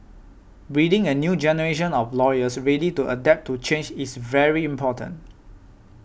breeding a new generation of lawyers ready to adapt to change is very important